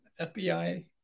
FBI